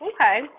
Okay